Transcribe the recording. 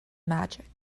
magic